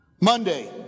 Monday